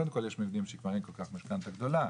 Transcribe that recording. קודם כל יש מבנים שכבר אין כל כך משכנתא גדולה,